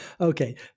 Okay